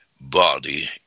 body